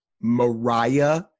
Mariah